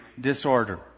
disorder